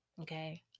Okay